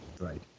right